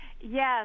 yes